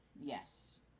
Yes